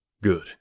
Good